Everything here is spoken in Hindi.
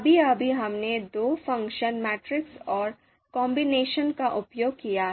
अभी अभी हमने दो फ़ंक्शंस मैट्रिक्स और कॉम्बिनेशन का उपयोग किया है